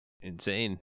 insane